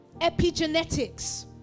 epigenetics